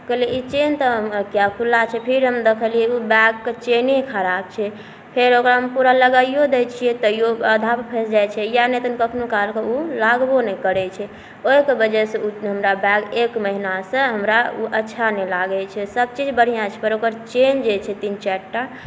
कहलिए ई चेन तऽ किए खुल्ला छै फेर हम देखलिए ओ बैगके चेने खराब छै फेर ओकरा हम पूरा लगाइओ दै छिए तैओ आधापर फँसि जाइ छै या नहि तऽ कखनो कालके ओ लागबो नहि करै छै ओहिके वजहसँ ओ हमरा बैग एक महिनासँ हमरा ओ अच्छा नहि लागै छै सबचीज बढ़िआँ छै पर ओकर चेन जे छै तीन चारि टा